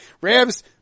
rams